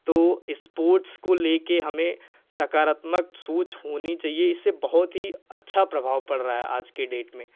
तो स्पोर्ट्स को लेकर हमें सकारात्मक सोच होनी चाहिए इससे बहुत ही अच्छा प्रभाव पड़ रहा है आज की डेट में